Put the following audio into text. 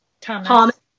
Thomas